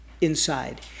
inside